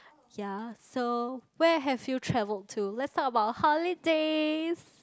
ya so where have you travelled to let's talk about holidays